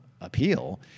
appeal